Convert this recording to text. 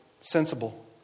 sensible